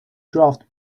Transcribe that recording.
draft